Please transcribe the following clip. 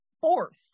fourth